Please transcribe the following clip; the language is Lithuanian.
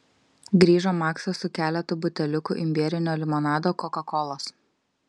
grįžo maksas su keletu buteliukų imbierinio limonado kokakolos